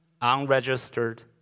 unregistered